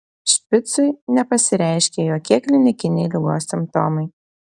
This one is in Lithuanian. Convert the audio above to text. špicui nepasireiškė jokie klinikiniai ligos simptomai